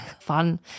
fun